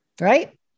Right